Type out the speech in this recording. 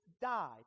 died